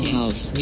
house